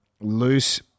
loose